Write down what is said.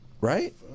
right